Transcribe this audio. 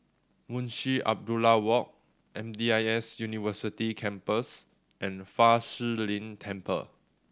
Munshi Abdullah Walk M D I S University Campus and Fa Shi Lin Temple